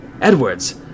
Edwards